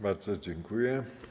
Bardzo dziękuję.